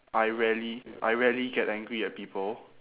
I rarely I rarely get angry at people